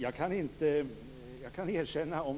Fru talman!